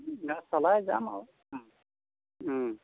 চলাই যাম আৰু ও ওম